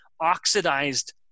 oxidized